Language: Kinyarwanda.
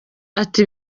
ati